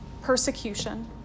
persecution